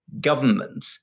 government